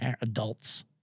adults